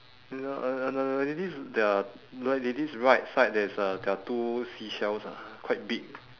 no uh no no no this is their like they this right side there's a there are two seashells ah quite big